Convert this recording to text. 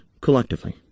collectively